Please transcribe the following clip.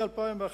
מ-2001,